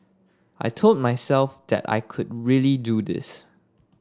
I told myself that I could really do this